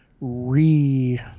re